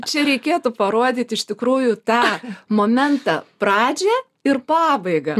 čia reikėtų parodyti iš tikrųjų tą momentą pradžią ir pabaigą